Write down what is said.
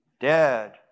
dead